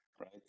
Right